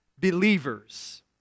believers